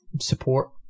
support